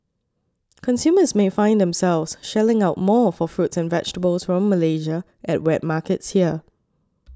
consumers may find themselves shelling out more for fruits and vegetables from Malaysia at wet markets here